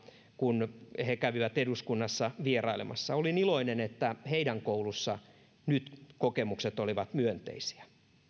kun he kävivät eduskunnassa vierailemassa olin iloinen että heidän koulussaan nyt kokemukset olivat myönteisiä